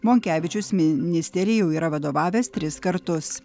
monkevičius mi nisterijai jau yra vadovavęs tris kartus